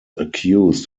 accused